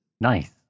Nice